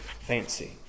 fancy